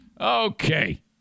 Okay